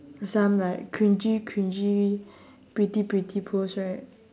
some like cringy cringy pretty pretty post right